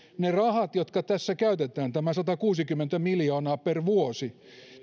ne rahat jotka tässä käytetään nämä satakuusikymmentä miljoonaa per vuosi